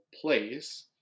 place